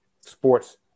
sports